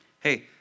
Hey